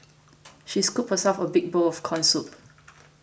she scooped herself a big bowl of Corn Soup